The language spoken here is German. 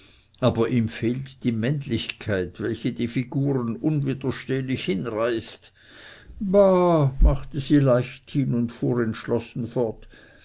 aber ihm fehlt die männlichkeit welche die figuren unwiderstehlich hinreißt bah machte sie leichthin und fuhr entschlossen fort